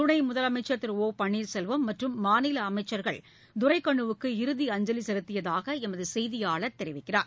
துணை முதலமைச்சர் திரு ஒ பன்னீர்செல்வம் மற்றும் மாநில அமைச்சர்கள் துரைக்கண்ணுவுக்கு இறுதி அஞ்சலி செலுத்தியதாக எமது செய்தியாளர் தெரிவிக்கிறார்